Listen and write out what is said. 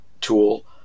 tool